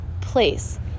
place